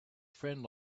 friend